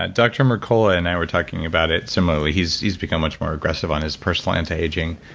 ah dr. mercola and i were talking about it. similarly, he's he's become much more aggressive on his personal anti-aging.